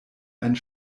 einen